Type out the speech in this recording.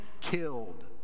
killed